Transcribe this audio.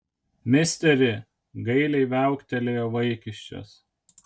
misteri gailiai viauktelėjo vaikiščias